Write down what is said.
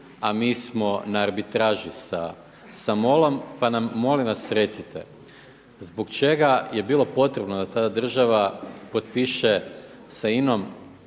a mi smo na arbitraži sa MOL-om pa nam molim vas recite zbog čega je bilo potrebno da ta država potpiše sa INA-om